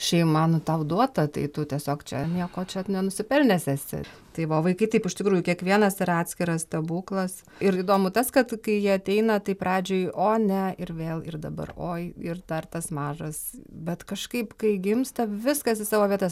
šeima nu tau duota tai tu tiesiog čia nieko čia nenusipelnęs esi tai va o vaikai taip iš tikrųjų kiekvienas yra atskiras stebuklas ir įdomu tas kad kai jie ateina tai pradžioj o ne ir vėl ir dabar oi ir dar tas mažas bet kažkaip kai gimsta viskas į savo vietas